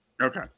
okay